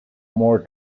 more